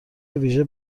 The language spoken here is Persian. ویژه